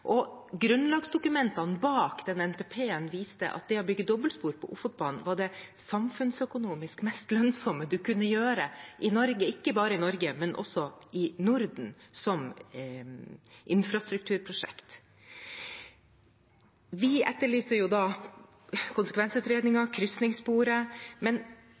Grunnlagsdokumentene for den NTP-en viste at det å bygge dobbeltspor på Ofotbanen var det samfunnsøkonomisk mest lønnsomme man kunne gjøre, ikke bare i Norge, men også i Norden, som infrastrukturprosjekt. Vi etterlyser